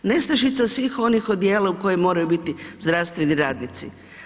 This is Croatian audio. Nestašica svih onih odjela u kojima moraju biti zdravstveni radnici.